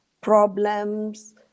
problems